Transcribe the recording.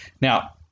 now